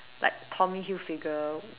like Tommy Hilfiger